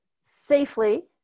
safely